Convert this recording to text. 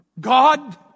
God